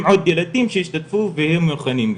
עוד ילדים שישתתפו ויהיו מוכנים גם,